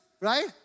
right